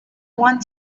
want